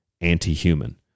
anti-human